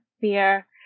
fear